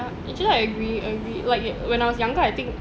ya actually I agree agree like you when I was younger I think